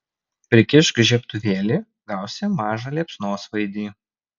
prikišk žiebtuvėlį gausi mažą liepsnosvaidį